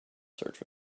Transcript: search